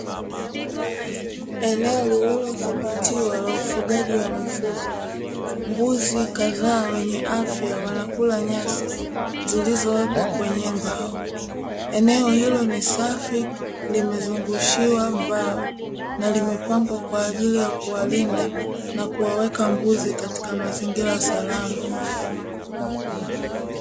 Eneo lililodhibitiwa la ufugaji wa mifugo. Mbuzi kadhaa wenye afya wanakula nyasi zilizowekwa kwenye mbao. Eneo hilo ni safi limezungushiwa mbao, na limepangwa kwa ajili ya kuwalinda mbuzi na kuwaweka katika mazingira salama.